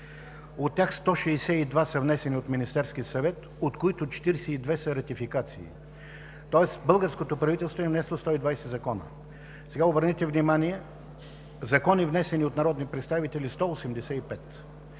От тях 162 са внесени от Министерския съвет, от които 42 са ратификации, тоест българското правителство е внесло 120 закона. Сега обърнете внимание: закони, внесени от народни представители – 185.